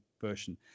version